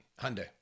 Hyundai